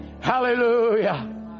Hallelujah